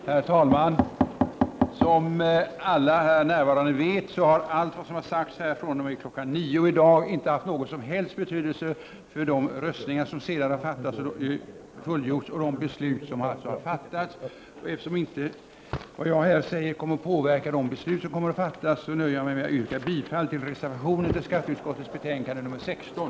Herr talman! Som alla här närvarande vet har allt vad som har sagts här fr.o.m. kl. 9 i dag inte haft någon som helst betydelse för de röstningar som har fullgjorts och de beslut som alltså har fattats. Och eftersom vad jag här säger inte kommer att påverka de beslut som kommer att fattas, nöjer jag mig med att yrka bifall till reservationen till skatteutskottets betänkande nr 16.